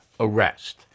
arrest